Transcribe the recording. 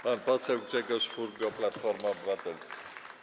Pan poseł Grzegorz Furgo, Platforma Obywatelska.